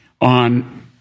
on